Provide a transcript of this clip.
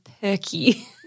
perky